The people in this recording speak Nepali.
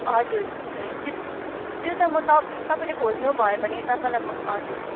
हजुर त्यो त म त तपाईँले खोज्नुभयो भने तपाईँलाई म हजुर